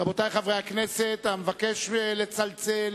רבותי חברי הכנסת, אבקש לצלצל.